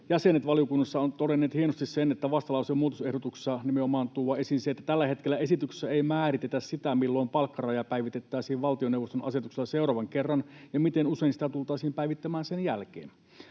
jäsenet ovat todenneet ansiokkaasti, hienosti sen, että vastalauseen muutosehdotuksessa nimenomaan tuodaan esiin se, että tällä hetkellä esityksessä ei määritetä sitä, milloin palkkaraja päivitettäisiin valtioneuvoston asetuksella seuraavan kerran ja miten usein sitä tultaisiin päivittämään sen jälkeen.